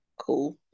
Cool